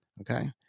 Okay